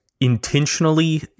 intentionally